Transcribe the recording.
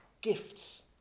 gifts